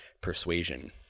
persuasion